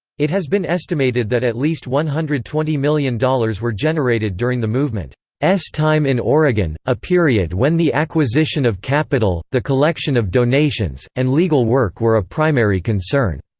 it has been estimated that at least one hundred twenty million dollars were generated during the movement's time in oregon, a period when the acquisition of capital, the collection of donations, and legal work were a primary concern.